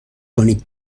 کنیم